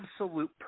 absolute